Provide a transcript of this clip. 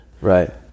Right